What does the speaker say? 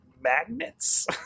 magnets